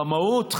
במהות,